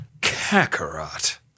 Kakarot